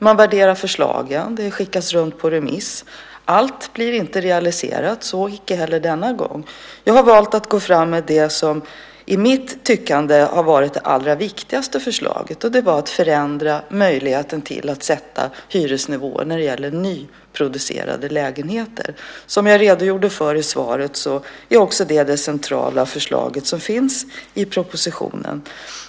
Man värderar förslagen. De skickas runt på remiss. Allt blir inte realiserat, och så heller icke denna gång. Jag har valt att gå fram med det som i mitt tycke har varit det allra viktigaste förslaget. Det var att förändra möjligheten till att sätta hyresnivåer när det gäller nyproducerade lägenheter. Som jag redogjorde för i svaret är det också det centrala förslaget som finns i propositionen.